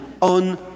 on